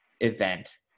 event